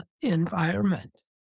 environment